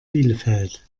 bielefeld